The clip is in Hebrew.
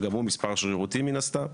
שגם הוא מספר שרירותי מן הסתם.